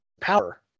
power